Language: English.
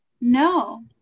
No